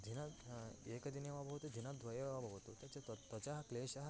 दिनम् एकदिने वा भवतु दिनद्वेये वा भवतु त्वचः तत् त्वचः क्लेशः